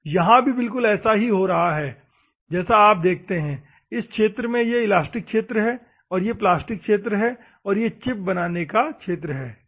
यहां भी बिल्कुल ऐसा ही हो रहा है जैसा आप देखते हैं इस क्षेत्र में यह इलास्टिक क्षेत्र है और यह प्लास्टिक क्षेत्र है और ये चिप बनने का क्षेत्र है ठीक है